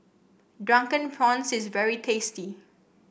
Drunken Prawns is very tasty